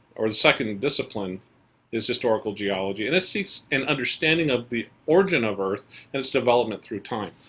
or the second discipline is historical geology, and it seeks an understanding of the origin of earth and its development through time.